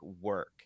work